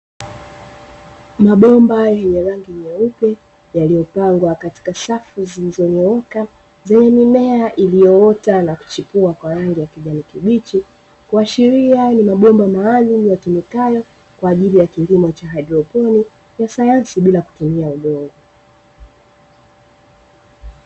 Mabomba yenye rangi nyeupe, yaliyopangwa katika safu zilizonyooka, zenye mimea iliyoota na kuchipua kwa rangi ya kijani kibichi, kuashiria ni mabomba maalumu yatumikayo kwa ajili ya kilimo cha haidroponi ya sayansi bila kutumia udongo.